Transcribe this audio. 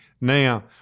now